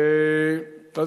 אז,